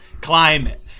climate